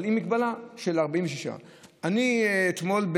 אבל עם מגבלה של 46. אתמול,